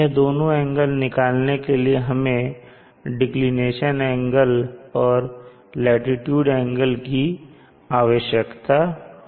यह दोनों एंगल निकालने के लिए हमें डेकलिनेशन एंगल और लाटीट्यूड एंगल की आवश्यकता है